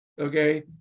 okay